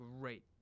great